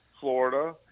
Florida